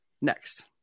next